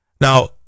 Now